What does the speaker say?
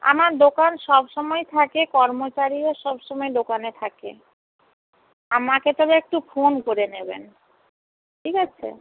আমার দোকান সবসময় থাকে কর্মচারীও সবসময় দোকানে থাকে আমাকে তবে একটু ফোন করে নেবেন ঠিক আছে